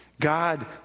God